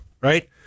right